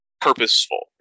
purposeful